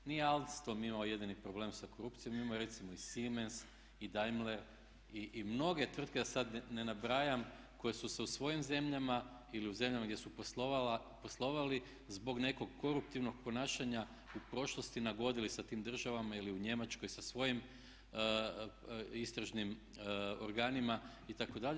Nije Alstom imao jedini problem sa korupcijom, imao je recimo i Siemens i Daimler i mnoge tvrtke da sad ne nabrajam koje su se u svojim zemljama ili u zemljama gdje su poslovale zbog nekog koruptivnog ponašanja u prošlosti nagodili sa tim državama ili u Njemačkoj sa svojim istražnim organima itd.